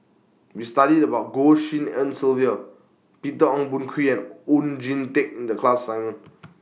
We studied about Goh Tshin En Sylvia Peter Ong Boon Kwee and Oon Jin Teik in The class assignment